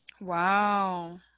Wow